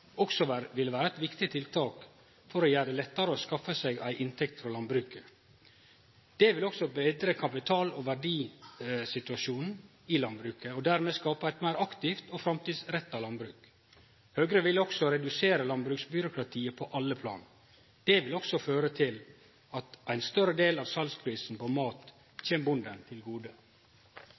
tiltak for å gjere det lettare å skaffe seg ei inntekt frå landbruket. Det vil også betre kapital- og verdisituasjonen i landbruket og dermed skape eit meir aktivt og framtidsretta landbruk. Høgre vil også redusere landbruksbyråkratiet på alle plan. Det vil føre til at ein større del av salsprisen på mat kjem bonden til gode.